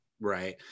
right